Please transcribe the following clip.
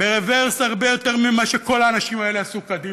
ברוורס הרבה יותר ממה שכל האנשים האלה עשו בהליכה קדימה.